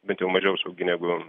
bet jau mažiau saugi negu